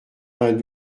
vingt